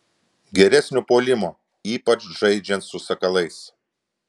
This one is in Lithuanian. geresnio puolimo ypač žaidžiant su sakalais